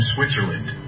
Switzerland